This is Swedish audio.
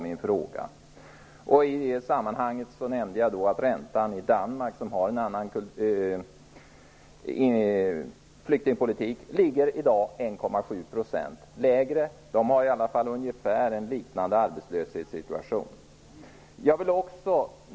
Min fråga var: detta sammanhang nämnde jag att räntan i Danmark, där man för en annan flyktingpolitik, i dag ligger 1,7 % lägre än vår. Ändå har de en arbetslöshetssituation som är liknande vår.